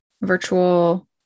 virtual